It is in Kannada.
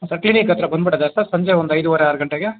ಸರ್ ಕ್ಲಿನಿಕ್ ಹತ್ರ ಬಂದ್ಬಿಡೋದಾ ಸರ್ ಸಂಜೆ ಒಂದು ಐದೂವರೆ ಆರು ಗಂಟೆಗೆ